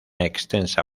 extensa